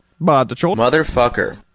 Motherfucker